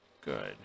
Good